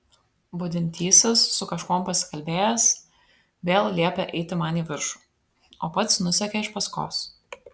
budintysis su kažkuom pasikalbėjęs vėl liepė eiti man į viršų o pats nusekė iš paskos